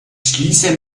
schließe